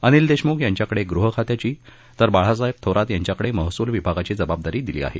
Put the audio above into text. अनिल देशमुख यांच्याकडे गृह खात्याची तर बाळासाहेब थोरात यांच्याकडे महसूल विभागाची जबाबदीरी दिली आहे